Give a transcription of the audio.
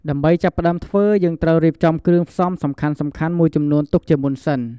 ដើម្បីចាប់ផ្ដើមធ្វើ យើងត្រូវរៀបចំគ្រឿងផ្សំសំខាន់ៗមួយចំនួនទុកជាមុនសិន។